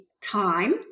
time